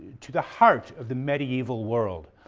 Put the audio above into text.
to the heart of the medieval world,